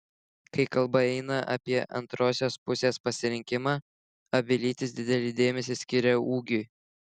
kai kalba eina apie antrosios pusės pasirinkimą abi lytys didelį dėmesį skiria ūgiui